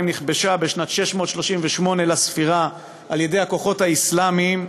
נכבשה בשנת 638 לספירה על-ידי הכוחות האסלאמיים,